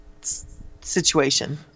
situation